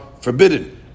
forbidden